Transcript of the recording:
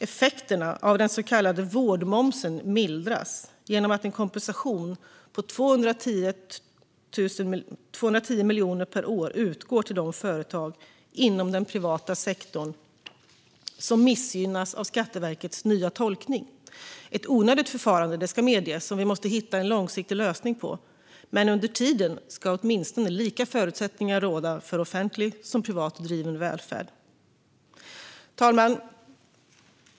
Effekterna av den så kallade vårdmomsen mildras genom att en kompensation på 210 miljoner per år utgår till de företag inom den privata sektorn som missgynnas av Skatteverkets nya tolkning. Det är ett onödigt förfarande, det ska medges, som vi måste hitta en långsiktig lösning på. Men under tiden ska åtminstone lika förutsättningar råda för offentligt och privat driven välfärd. Herr talman!